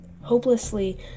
hopelessly